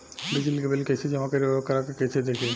बिजली के बिल कइसे जमा करी और वोकरा के कइसे देखी?